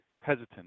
hesitant